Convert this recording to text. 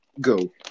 Go